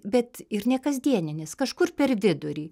bet ir nekasdieninis kažkur per vidurį